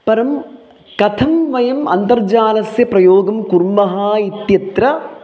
परं कथं वयम् अन्तर्जालस्य प्रयोगं कुर्मः इत्यत्र